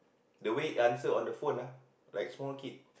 the way he answer on the phone ah like small kid